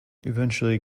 eventually